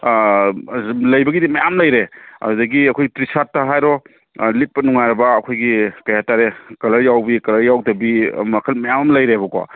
ꯂꯩꯕꯒꯤꯗꯤ ꯃꯌꯥꯝ ꯂꯩꯔꯦ ꯑꯗꯒꯤ ꯑꯩꯈꯣꯏ ꯇꯤ ꯁꯥꯔꯠꯇ ꯍꯥꯏꯔꯣ ꯂꯤꯠꯄ ꯅꯨꯡꯉꯥꯏꯔꯕ ꯑꯩꯈꯣꯏꯒꯤ ꯀꯔꯤ ꯍꯥꯏꯇꯥꯔꯦ ꯀꯂꯔ ꯌꯥꯎꯕꯤ ꯀꯂꯔ ꯌꯥꯎꯗꯕꯤ ꯃꯈꯜ ꯃꯌꯥꯝ ꯑꯃ ꯂꯩꯔꯦꯕꯀꯣ